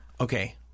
Okay